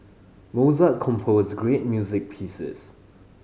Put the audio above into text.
Mozart composed great music pieces